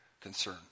concern